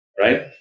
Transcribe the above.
right